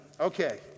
Okay